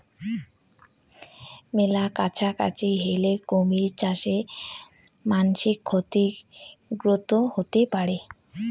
মেলা কাছাকাছি হলে কুমির চাষে মানাসি ক্ষতিগ্রস্ত হতে পারে